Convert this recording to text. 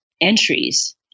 entries